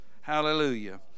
hallelujah